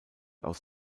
aus